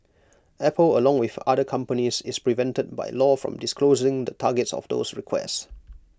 Apple along with other companies is prevented by law from disclosing the targets of those requests